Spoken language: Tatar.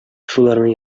шуларның